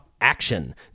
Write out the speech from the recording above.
action